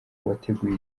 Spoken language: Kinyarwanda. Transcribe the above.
wateguye